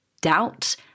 doubt